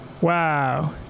Wow